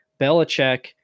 Belichick